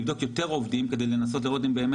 לבדוק יותר עובדים כדי לנסות לראות אם באמת